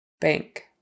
Bank